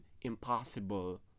impossible